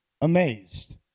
amazed